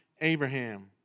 Abraham